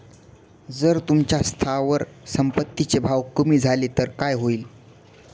जर तुमच्या स्थावर संपत्ती चे भाव कमी झाले तर काय होईल?